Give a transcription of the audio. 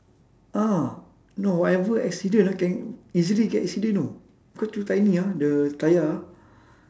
ah no whatever accident ah can easily get accident you know cause too tiny ah the tyre ah